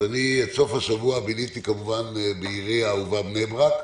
את סוף השבוע ביליתי כמובן בעירי האהובה, בני ברק,